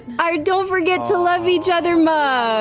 our don't forget to love each other mug!